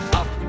up